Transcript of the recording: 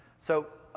so,